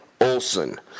Olson